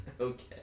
Okay